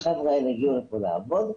החבר'ה האלה הגיעו לכאן לעבוד,